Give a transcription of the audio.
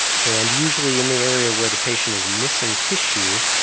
and usually in the area where the patient is missing tissue,